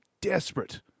desperate